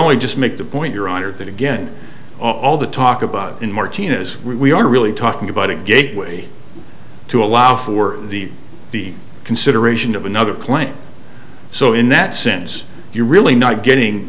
only just make the point your honor that again all the talk about in martinez we are really talking about a gateway to allow for the the consideration of another claim so in that sense you're really not getting